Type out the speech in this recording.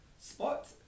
spot